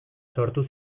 sortu